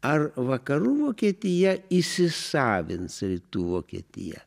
ar vakarų vokietija įsisavins rytų vokietiją